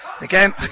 Again